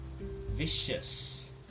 vicious